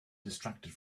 distracted